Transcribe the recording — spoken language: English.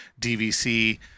DVC